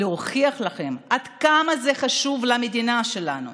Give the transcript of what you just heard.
להוכיח לכם עד כמה זה חשוב למדינה שלנו,